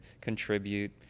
contribute